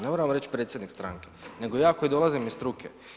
Ne mora vam reći predsjednik stranke, nego ja koji dolazim iz struke.